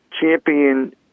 champion